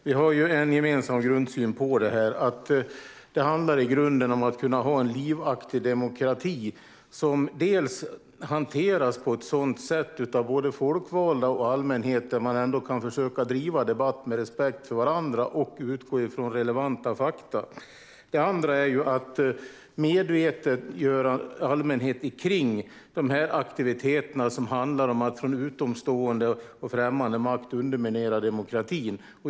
Fru talman! Vi har ju en gemensam grundsyn i det här. Det handlar i grunden om att kunna ha en livaktig demokrati som bland annat hanteras på ett sådant sätt, av både folkvalda och allmänhet, att man ändå kan försöka driva debatt med respekt för varandra och utgå från relevanta fakta. Det andra är att medvetandegöra allmänheten kring de aktiviteter som handlar om att från utomstående och främmande makt underminera demokratin.